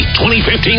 2015